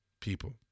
people